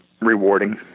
rewarding